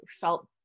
felt